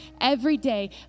everyday